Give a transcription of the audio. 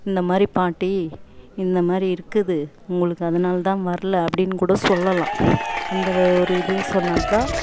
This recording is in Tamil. இந்தமாதிரி பாட்டி இந்தமாதிரி இருக்குது உங்களுக்கு அதனாலதான் வரல அப்படின் கூட சொல்லலாம் அந்த வ ஒரு இது சொன்னாக்கால்